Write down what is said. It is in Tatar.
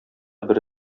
бер